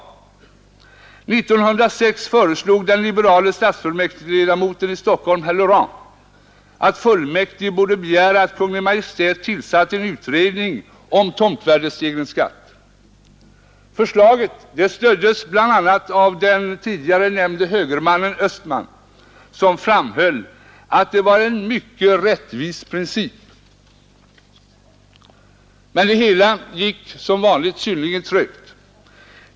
1906 föreslog den liberala stadsfullmäktigeledamoten i Stockholm herr Laurent att fullmäktige skulle begära att Kungl. Maj:t tillsatte en utredning om tomtvärdestegringsskatt. Förslaget stöddes bl.a. av den tidigare nämnde högermannen Östberg som framhöll att det var ”en mycket rättvis princip”. Men det hela gick som vanligt synnerligen trögt.